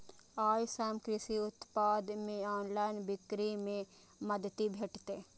अय सं कृषि उत्पाद के ऑनलाइन बिक्री मे मदति भेटतै